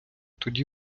тоді